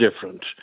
different